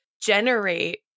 generate